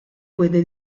puede